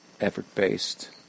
effort-based